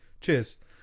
Cheers